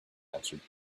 answered